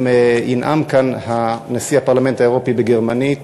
אם ינאם כאן נשיא הפרלמנט האירופי בגרמנית,